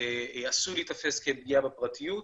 עשוי להיתפס כפגיעה בפרטיות,